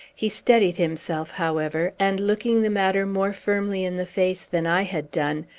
he steadied himself, however, and, looking the matter more firmly in the face than i had done,